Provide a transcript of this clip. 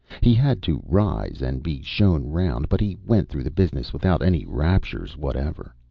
he had to rise and be shown round, but he went through the business without any raptures whatever.